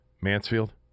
Mansfield